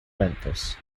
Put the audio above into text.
memphis